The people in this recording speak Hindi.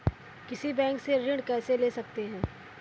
किसी बैंक से ऋण कैसे ले सकते हैं?